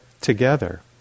together